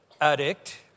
addict